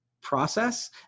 process